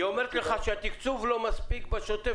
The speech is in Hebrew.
היא אומרת לך שהתקצוב לא מספיק בשוטף.